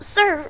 Sir